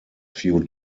few